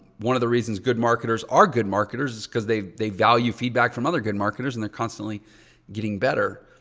one of the reasons good marketers are good marketers is because they they value feedback from other good marketers and they're constantly getting better.